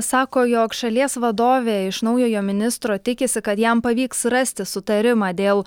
sako jog šalies vadovė iš naujojo ministro tikisi kad jam pavyks rasti sutarimą dėl